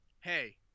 hey